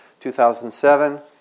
2007